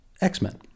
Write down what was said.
X-Men